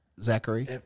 Zachary